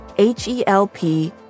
H-E-L-P